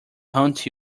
haunt